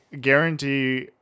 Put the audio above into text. guarantee